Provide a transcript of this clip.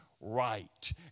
right